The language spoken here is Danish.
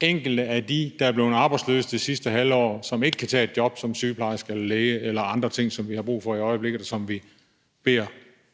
enkelte af dem, der er blevet arbejdsløse det sidste halve år, som ikke kan tage et job som sygeplejerske, læge eller andre ting, som vi har brug for i øjeblikket, og som vi beder